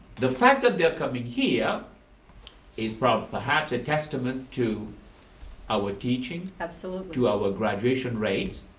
the fact that they are coming here is perhaps perhaps a testament to our teaching. absolutely. to our graduation rate.